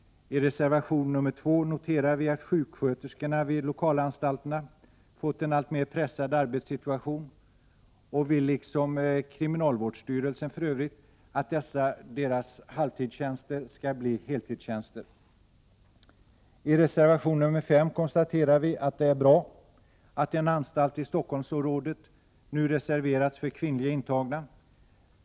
I reservation nr 2 noterar vi att sjuksköterskorna vid lokalanstalterna fått en alltmer pressad arbetssituation. Vi vill, liksom för övrigt kriminalvårdsstyrelsen, att deras halvtidstjänster skall bli heltidstjänster. I reservation nr 5 konstaterar vi att det är bra att en anstalt i Stockholmsområdet nu har reserverats för kvinnliga intagna.